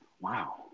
Wow